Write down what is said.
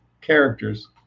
characters